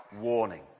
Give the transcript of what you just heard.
warning